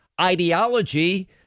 ideology